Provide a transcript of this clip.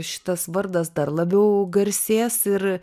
šitas vardas dar labiau garsės ir